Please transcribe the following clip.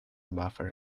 buffer